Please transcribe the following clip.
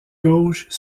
gauche